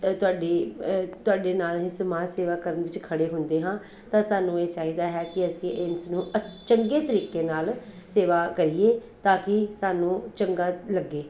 ਤੁਹਾਡੀ ਤੁਹਾਡੇ ਨਾਲ ਸਮਾਜ ਸੇਵਾ ਕਰਨ ਵਿੱਚ ਖੜ੍ਹੇ ਹੁੰਦੇ ਹਾਂ ਤਾਂ ਸਾਨੂੰ ਇਹ ਚਾਹੀਦਾ ਹੈ ਕਿ ਅਸੀਂ ਇਸ ਨੂੰ ਚੰਗੇ ਤਰੀਕੇ ਨਾਲ ਸੇਵਾ ਕਰੀਏ ਤਾਂ ਕਿ ਸਾਨੂੰ ਚੰਗਾ ਲੱਗੇ